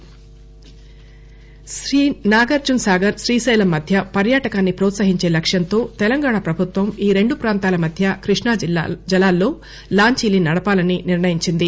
లాంచీ నాగార్టునసాగర్ శ్రీశైలం మధ్య పర్యాటకాన్ని ప్రోత్సహించే లక్ష్యంతో తెలంగాణ ప్రభుత్వం ఈ రెండు ప్రాంతాల మధ్య కృష్ణా జలాల్లో లాంచీని నడపాలని నిర్ణయించింది